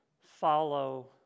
follow